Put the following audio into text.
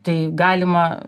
tai galima